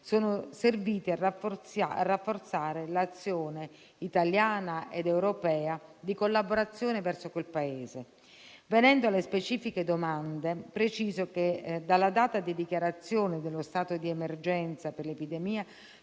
sono servite a rafforzare l'azione italiana ed europea di collaborazione verso quel Paese. Venendo alle specifiche domande, preciso che, dalla data di dichiarazione dello stato di emergenza per l'epidemia,